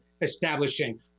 establishing